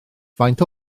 faint